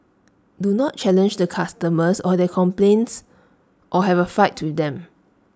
do not challenge the customers or their complaints or have A fight with them